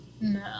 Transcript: No